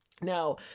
Now